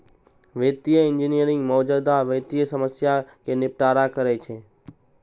वित्तीय इंजीनियरिंग मौजूदा वित्तीय समस्या कें निपटारा करै छै